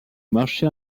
marché